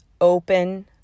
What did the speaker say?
open